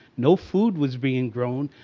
no food was being grown.